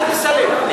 אל תסלף.